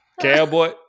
Cowboy